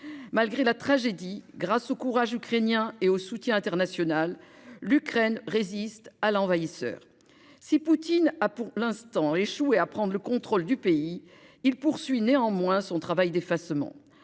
Malgré la tragédie, grâce au courage ukrainien et au soutien international, l'Ukraine résiste à l'envahisseur. Si Poutine a pour l'instant échoué à prendre le contrôle du pays, il poursuit néanmoins son travail d'effacement